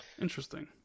Interesting